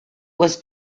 was